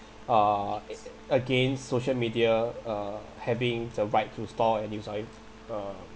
uh again social media uh having the right to store and use our im~ um